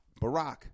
Barack